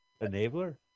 Enabler